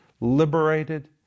liberated